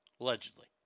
allegedly